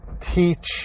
teach